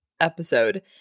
episode